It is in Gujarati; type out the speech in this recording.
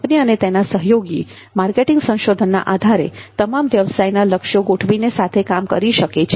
કંપની અને તેના સહયોગીભાગીદારો માર્કેટિંગ સંશોધનના આધારે તમામ વ્યવસાયના લક્ષ્યો ગોઠવીને સાથે કામ કરી શકે છે